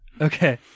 Okay